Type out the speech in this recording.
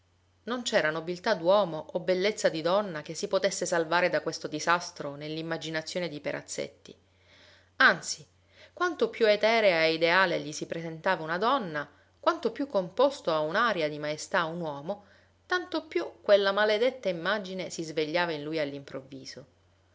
non c'era nobiltà d'uomo o bellezza di donna che si potesse salvare da questo disastro nell'immaginazione di perazzetti anzi quanto più eterea e ideale gli si presentava una donna quanto più composto a un'aria di maestà un uomo tanto più quella maledetta immagine si svegliava in lui